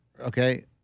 okay